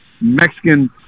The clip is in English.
Mexican